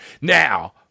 now